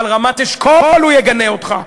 על רמת-אשכול הוא יגנה אותך.